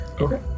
Okay